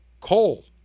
Coal